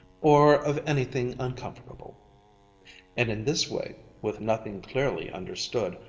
or of anything uncomfortable and in this way, with nothing clearly understood,